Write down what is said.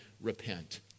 repent